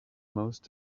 most